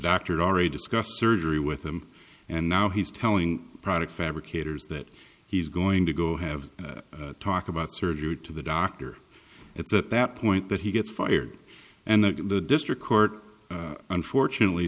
doctor already discussed surgery with him and now he's telling product fabricators that he's going to go have a talk about surgery to the doctor it's at that point that he gets fired and that the district court unfortunately